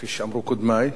כפי שאמרו קודמי.